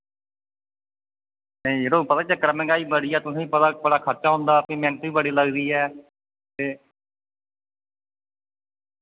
नेईं यरो पता केह् चक्कर ऐ मैंह्गाई बड़ी ऐ तुसें पता बड़ा खर्चा होंदा फ्ही मैह्नत बी बड़ी लगदी ऐ ते